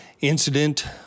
incident